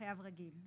חייב רגיל.